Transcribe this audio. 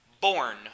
born